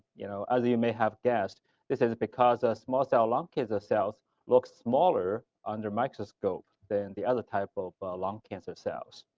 you know as you may have guessed this is because ah small cell lung cancer cells look smaller under microscope than the other type of but lung cancer cells.